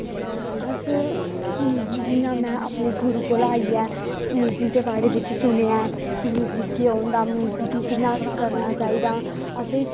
अस जि'यां में अपने गुरु कोला दा आइयै म्यूजिक दे बारे बिच्च सुनेआ कि म्युयिक केह् होंदा म्यूजिक गी कि'यां करना चाहिदा असें